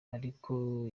ariko